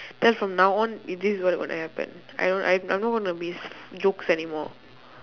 then from now on if this is what's going to happen I will I'm not going to be jokes anymore